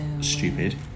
stupid